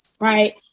right